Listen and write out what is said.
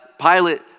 Pilate